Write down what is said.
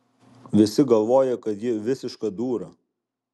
visi galvoja kad ji visiška dūra